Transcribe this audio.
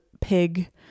pig